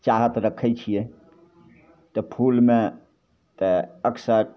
चाहत रखै छिए तऽ फूलमे तऽ अक्सर